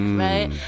right